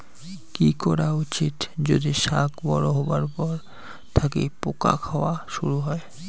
কি করা উচিৎ যদি শাক বড়ো হবার পর থাকি পোকা খাওয়া শুরু হয়?